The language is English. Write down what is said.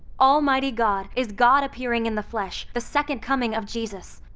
almighty god is god appearing in the flesh, the second coming of jesus.